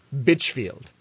Bitchfield